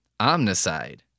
Omnicide